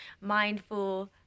mindful